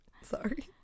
sorry